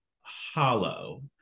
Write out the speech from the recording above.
hollow